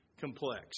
complex